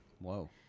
Whoa